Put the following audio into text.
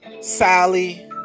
Sally